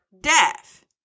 death